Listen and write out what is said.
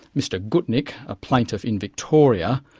mr gutnik, a plaintiff in victoria,